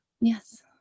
Yes